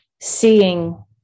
seeing